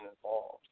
involved